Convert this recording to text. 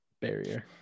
barrier